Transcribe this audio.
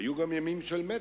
היו גם ימים של מתח,